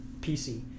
pc